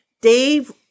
Dave